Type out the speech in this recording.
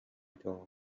دار